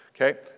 okay